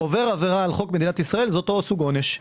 עובר עבירה על חוק מדינת ישראל - זה אותו סוג עונש.